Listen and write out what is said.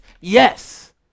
Yes